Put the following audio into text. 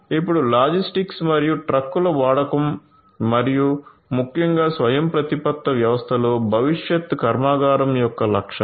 అప్పుడు లాజిస్టిక్స్ మరియు ట్రక్కుల వాడకం మరియు ముఖ్యంగా స్వయంప్రతిపత్త వ్యవస్థలో భవిష్యత్ కర్మాగారం యొక్క లక్షణం